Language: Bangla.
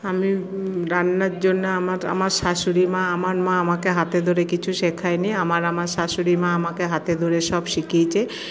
আমি রান্নার জন্য আমার আমার শাশুড়ি মা আমার মা আমাকে হাতে ধরে কিছু শেখায়নি আমার আমার শাশুড়ি মা আমাকে হাতে ধরে সব শিখিয়েছে